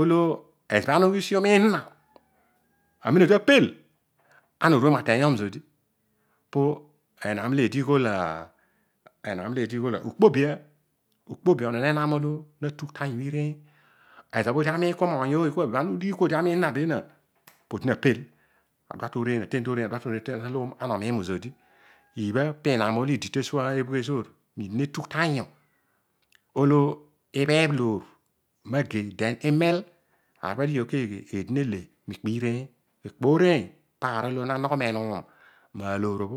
Olo ezobho ana ughi usi amiin zina ezobho odi apel pana oru emu amiin zodi pe nam olo eedi ighol ukpobia ukpobia onon enam olo natugh tan yu ireiny. Ezobho odi amiin oiy ooy benaan po odina pel adua tooreiy aten tooreiny ana omiin mu zodi. iibha pinam olo idi tedum emaezor olo abheebh loor mageiy then imel. Aar obho adighi o keeghe eedi neleiy ikpo ireiny ikpo ireiy na nogho meenuum ma aloor o